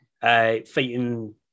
fighting